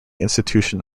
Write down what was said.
institution